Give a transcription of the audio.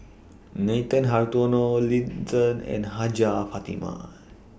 Nathan Hartono Lin Chen and Hajjah Fatimah